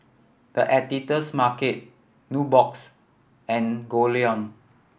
The Editor's Market Nubox and Goldlion